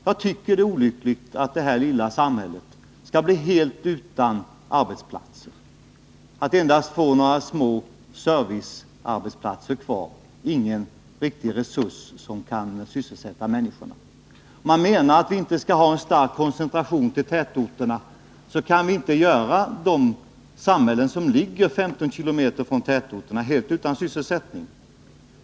Jag tycker det är olyckligt att det här lilla samhället skall bli helt utan arbetsplatser, att endast några små servicearbetsplatser är kvar men ingen riktig resurs som kan sysselsätta människorna. Menar man att vi inte skall ha en stark koncentration till tätorterna, kan man inte låta de samhällen som ligger 15 kilometer från tätorterna bli helt utan sysselsättning.